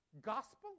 gospel